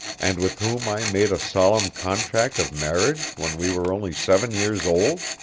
and with whom i made a solemn contract of marriage when we were only seven years old?